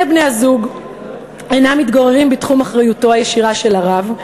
בני-הזוג אינם מתגוררים בתחום אחריותו הישירה של הרב,